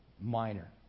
minor